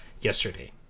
yesterday